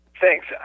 Thanks